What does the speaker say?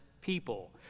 people